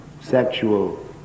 sexual